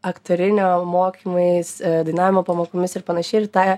aktorinio mokymais dainavimo pamokomis ir panašiai ir tą